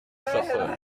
chasseur